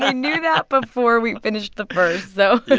ah knew that before we finished the first, so.